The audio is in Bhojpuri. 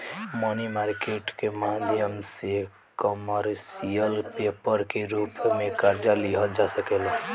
मनी मार्केट के माध्यम से कमर्शियल पेपर के रूप में कर्जा लिहल जा सकेला